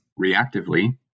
reactively